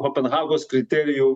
kopenhagos kriterijų